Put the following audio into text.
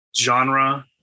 genre